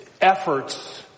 efforts